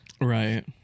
Right